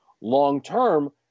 long-term